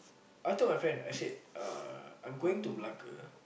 I told my friend I said uh I'm going to Malacca